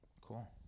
Cool